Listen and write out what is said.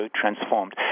transformed